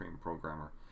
programmer